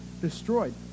destroyed